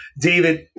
David